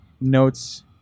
notes